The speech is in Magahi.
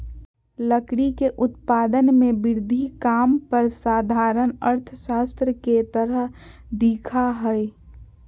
लकड़ी के उत्पादन में वृद्धि काम पर साधारण अर्थशास्त्र के तरह दिखा हइ